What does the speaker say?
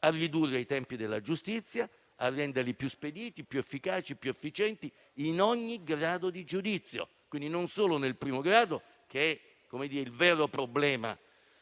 a ridurre i tempi della giustizia, a renderli più spediti, più efficaci e più efficienti, in ogni grado di giudizio. Quindi, non solo nel primo grado, che è il vero problema